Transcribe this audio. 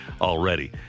already